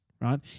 right